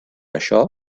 això